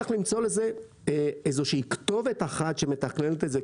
צריך למצוא לזה איזושהי כתובת אחת שמתכנתת את זה.